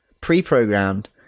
pre-programmed